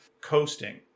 coasting